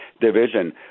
division